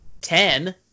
ten